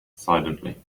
silently